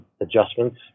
adjustments